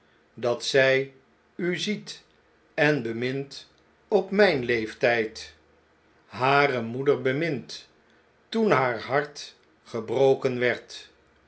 dat zjj u ziet en bemint op mjjn leeftgd hare moeder bemint toen haar hart gebroken werd